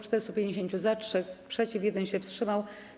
450 - za, 3 - przeciw, 1 się wstrzymał.